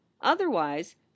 Otherwise